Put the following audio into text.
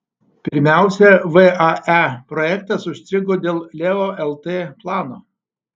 pirmiausia vae projektas užstrigo dėl leo lt plano